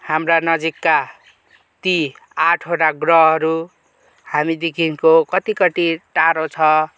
हाम्रा नजिकका ती आठवटा ग्रहहरू हामीदेखिको कति कति टाढो छ